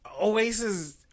Oasis